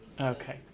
Okay